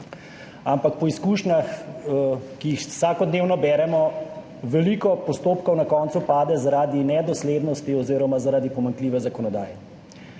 ampak po izkušnjah, ki jih vsakodnevno beremo, veliko postopkov na koncu pade zaradi nedoslednosti oziroma zaradi pomanjkljive zakonodaje.